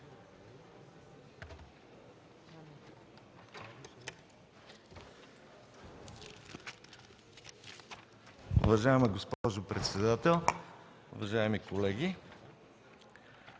Уважаема госпожо председател, уважаеми господин